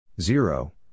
Zero